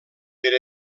per